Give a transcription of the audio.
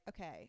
okay